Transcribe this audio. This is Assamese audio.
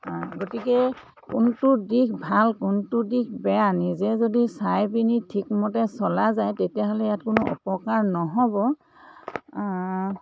গতিকে কোনটো দিশ ভাল কোনটো দিশ বেয়া নিজে যদি চাই পিনি ঠিকমতে চলা যায় তেতিয়াহ'লে ইয়াত কোনো অপকাৰ নহ'ব